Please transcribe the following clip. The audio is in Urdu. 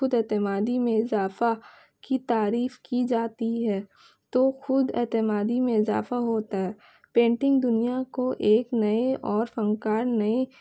خود اعتمادی میں اضافہ کی تعریف کی جاتی ہے تو خود اعتمادی میں اضافہ ہوتا ہے پینٹنگ دنیا کو ایک نئے اور فنکار نئے